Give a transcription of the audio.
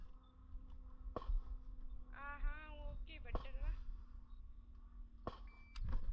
हां हां आऊं औगी